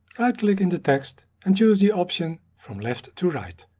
right click in the text and choose the options from left to right.